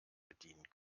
bedienen